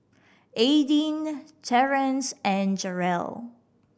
Aydin Terrance and Jerel